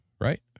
right